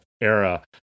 era